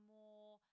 more